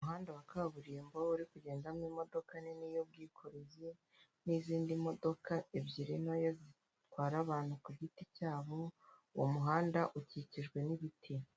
Umuhanda wa kaburimbo uri kugendamo imodoka nini y'ubwikorezi n'izindi modoka ebyiri ntoya zitwara abantu ku giti cyabo, uwo muhanda ukikijwe n'ibiti.